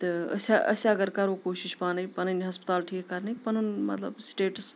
تہٕ أسۍ أسۍ اَگر کَرو کوٗشِش پانَے پَنٕنۍ ہَسپَتال ٹھیٖک کَرنٕکۍ پَنُن مطلب سٹیٹس